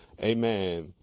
Amen